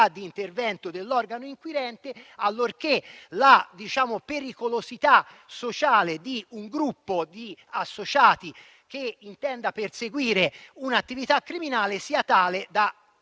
di intervento dell'organo inquirente, allorché la pericolosità sociale di un gruppo di associati che intenda perseguire un'attività criminale sia tale da